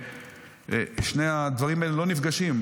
שני הדברים האלה לא נפגשים,